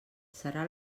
serà